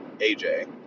aj